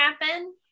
happen